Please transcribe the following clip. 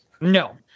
No